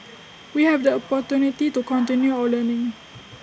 we have the opportunity to continue our learning